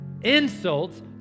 insults